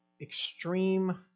extreme